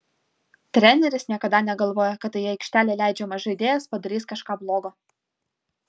treneris niekada negalvoja kad į aikštelę leidžiamas žaidėjas padarys kažką blogo